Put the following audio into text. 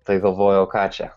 tai galvojau ką čia